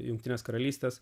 jungtinės karalystės